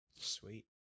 sweet